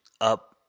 up